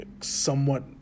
somewhat